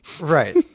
Right